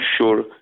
sure